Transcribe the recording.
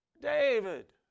David